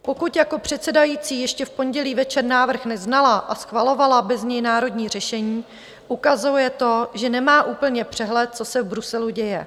Pokud jako předsedající ještě v pondělí večer návrh neznala a schvalovala bez něj národní řešení, ukazuje to, že nemá úplně přehled, co se v Bruselu děje.